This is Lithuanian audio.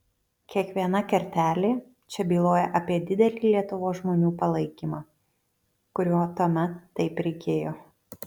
kiekviena kertelė čia byloja apie didelį lietuvos žmonių palaikymą kurio tuomet taip reikėjo